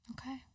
Okay